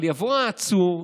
אבל יבוא העצור,